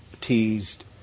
teased